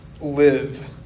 live